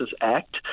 act